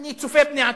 אני צופה פני עתיד.